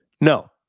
No